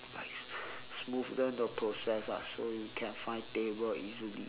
like smoothen the process ah so you can find table easily